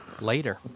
later